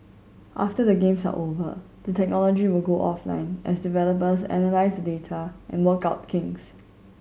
after the Games are over the technology will go offline as developers analyse the data and work out kinks